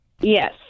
Yes